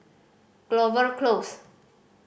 Clover Close